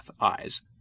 eyes